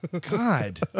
God